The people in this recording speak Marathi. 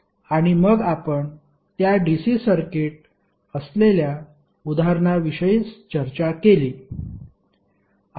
आणि मग आपण त्या DC सर्किट असलेल्या उदाहरणाविषयी चर्चा केली